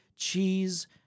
cheese